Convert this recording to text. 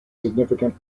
significant